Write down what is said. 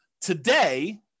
Today